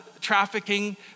trafficking